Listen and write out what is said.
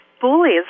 bullies